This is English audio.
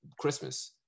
Christmas